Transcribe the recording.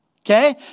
Okay